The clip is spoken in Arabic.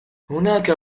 هناك